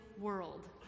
world